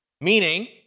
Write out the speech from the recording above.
meaning